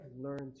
learned